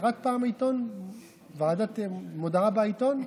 קראת פעם מודעה בעיתון?